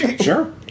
Sure